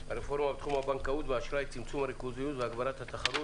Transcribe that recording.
הרפורמה בתחום הבנקאות והאשראי צמצום הריכוזיות והגברת התחרות.